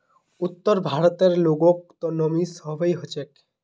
उत्तर भारतेर लोगक त नमी सहबइ ह छेक